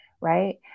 right